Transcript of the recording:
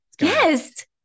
yes